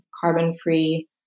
carbon-free